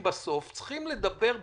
בסוף אנחנו צריכים לדבר במספרים,